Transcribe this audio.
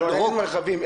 אין מרחבים.